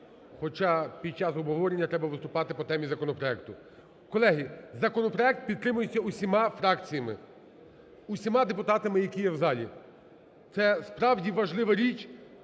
хоча під час обговорення треба виступати по темі законопроекту. Колеги, законопроект підтримується усіма фракціями, усіма депутатами, які є в залі. Це справді важлива річ,